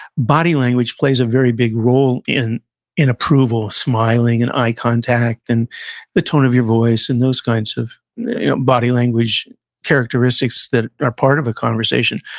body language plays a very big role in in approval, smiling and eye contact and the tone of your voice, and those kinds of body language characteristics that are part of a conversation.